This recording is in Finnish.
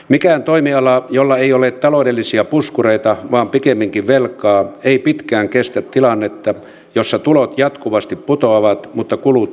mikään toimiala jolla ei ole taloudellisia puskureita vaan pikemminkin velkaa ei pitkään kestä tilannetta jossa tulot jatkuvasti putoavat mutta kulut jopa nousevat